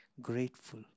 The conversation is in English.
Grateful